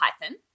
python